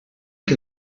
que